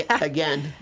again